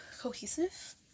cohesive